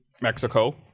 Mexico